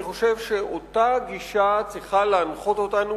אני חושב שבדיוק אותה גישה צריכה להנחות אותנו